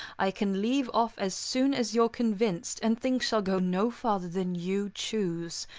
i can leave off as soon as you're convinced, and things shall go no farther than you choose.